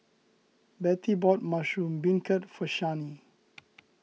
Betty bought Mushroom Beancurd for Shani